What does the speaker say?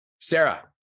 Sarah